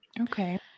okay